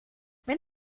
wenn